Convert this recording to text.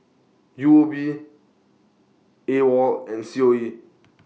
U O B AWOL and C O E